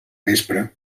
vespre